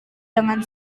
dengan